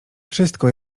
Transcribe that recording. wszystko